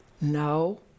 No